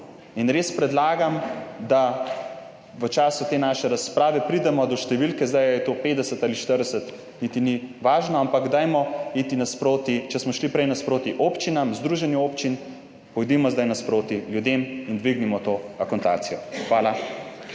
In res predlagam, da v času te naše razprave pridemo do številke zdaj ali je to 50 ali 40, niti ni važno, ampak dajmo iti nasproti, če smo šli prej nasproti občinam, združenju občin, pojdimo zdaj nasproti ljudem in dvignimo to akontacijo. Hvala.